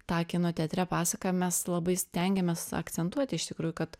tą kino teatre pasaka mes labai stengiamės akcentuot iš tikrųjų kad